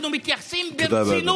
אנחנו מתייחסים -- תודה רבה, אדוני.